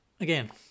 again